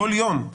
כל יום,